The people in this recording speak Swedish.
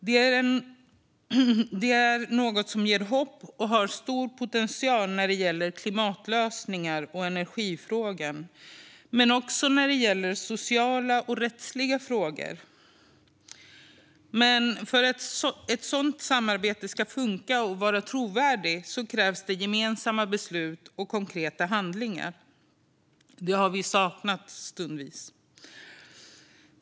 Det är något som ger hopp och har stor potential när det gäller klimatlösningar och energifrågan men också när det gäller sociala och rättsliga frågor. Men för att ett sådant samarbete ska funka och vara trovärdigt krävs gemensamma beslut och konkreta handlingar. Det har stundtals saknats.